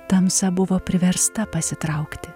tamsa buvo priversta pasitraukti